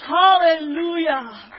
hallelujah